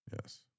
Yes